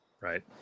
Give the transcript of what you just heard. right